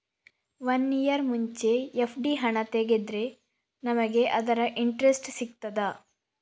One year ಮುಂಚೆ FD ಹಣ ತೆಗೆದ್ರೆ ನಮಗೆ ಅದರ ಇಂಟ್ರೆಸ್ಟ್ ಸಿಗ್ತದ?